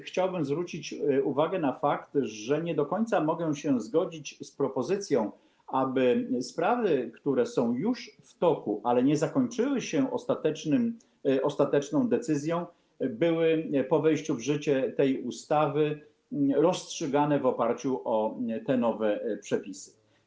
Chciałbym również zwrócić uwagę na fakt, że nie do końca mogę się zgodzić z propozycją, aby sprawy, które są już w toku, ale nie zakończyły się ostateczną decyzją, były po wejściu w życie tej ustawy rozstrzygane w oparciu o te nowe przepisy.